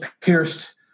pierced